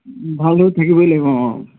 ভাল হৈ থাকিবই লাগিব